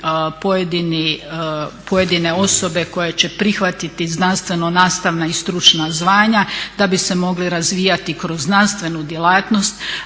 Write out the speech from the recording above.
pojedine osobe koje će prihvatiti znanstveno-nastavna i stručna zvanja, da bi se mogli razvijati kroz znanstvenu djelatnost